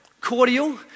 cordial